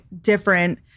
different